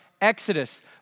Exodus